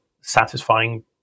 satisfying